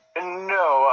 No